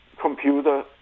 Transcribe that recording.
computer